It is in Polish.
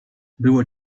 było